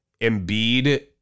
Embiid